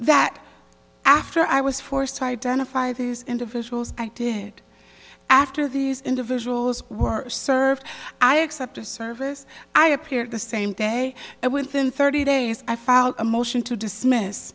that after i was forced to identify these individuals i did after these individuals were served i accept a service i appeared the same day and within thirty days i filed a motion to dismiss